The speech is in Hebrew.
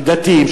של דתיים,